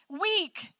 weak